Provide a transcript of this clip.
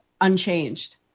unchanged